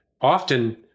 often